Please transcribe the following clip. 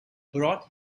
brought